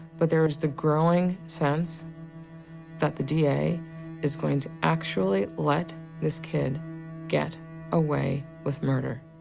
but there's the growing sense that the da is going to actually let this kid get away with murder.